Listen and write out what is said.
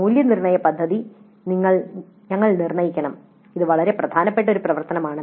മൂല്യനിർണ്ണയ പദ്ധതി ഞങ്ങൾ നിർണ്ണയിക്കണം ഇത് വളരെ പ്രധാനപ്പെട്ട ഒരു പ്രവർത്തനമാണ്